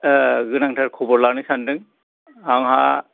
गोनांथार खबर लानो सानदों आंहा